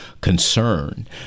concern